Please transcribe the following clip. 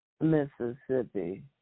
Mississippi